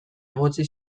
egotzi